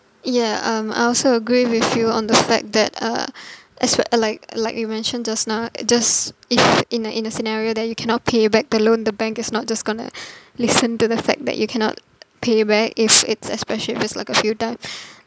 yeah um I also agree with you on the fact that uh as well like like you mentioned just now just in in a in a scenario that you cannot pay back the loan the bank is not just gonna listen to the fact that you cannot pay back if it's especially if it's like a few time